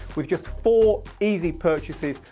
with just four easy purchases,